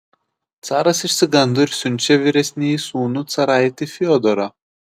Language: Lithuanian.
caras išsigando ir siunčia vyresnįjį sūnų caraitį fiodorą